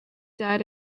died